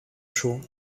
σου